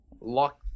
Lock